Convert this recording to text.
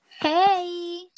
Hey